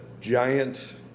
giant